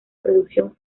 producción